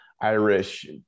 Irish